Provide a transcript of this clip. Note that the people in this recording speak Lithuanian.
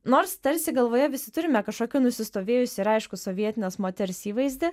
nors tarsi galvoje visi turime kažkokį nusistovėjusį ir aiškų sovietinės moters įvaizdį